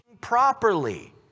properly